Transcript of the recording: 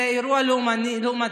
זה אירוע לאומני?